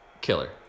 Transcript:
Killer